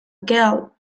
girl